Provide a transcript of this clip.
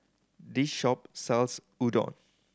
this shop sells Udon